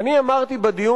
הרעיון